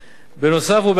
בנוסף ובהתאמה,